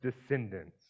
descendants